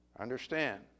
Understand